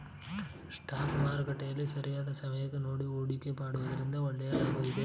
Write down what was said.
stock ಮಾರುಕಟ್ಟೆಯಲ್ಲಿ ಸರಿಯಾದ ಸಮಯ ನೋಡಿ ಹೂಡಿಕೆ ಮಾಡುವುದರಿಂದ ಒಳ್ಳೆಯ ಲಾಭವಿದೆ